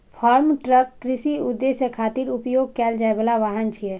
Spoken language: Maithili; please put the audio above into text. फार्म ट्र्क कृषि उद्देश्य खातिर उपयोग कैल जाइ बला वाहन छियै